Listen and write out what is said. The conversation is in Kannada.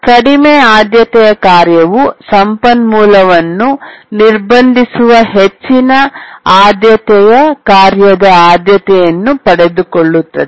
ಕಡಿಮೆ ಆದ್ಯತೆಯ ಕಾರ್ಯವು ಸಂಪನ್ಮೂಲವನ್ನು ನಿರ್ಬಂಧಿಸುವ ಹೆಚ್ಚಿನ ಆದ್ಯತೆಯ ಕಾರ್ಯದ ಆದ್ಯತೆಯನ್ನು ಪಡೆದುಕೊಳ್ಳುತ್ತದೆ